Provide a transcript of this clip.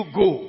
go